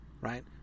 right